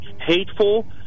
hateful